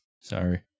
sorry